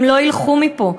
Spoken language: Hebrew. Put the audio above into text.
הם לא ילכו מפה.